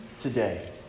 today